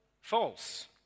false